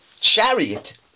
chariot